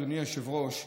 אדוני היושב-ראש,